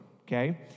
Okay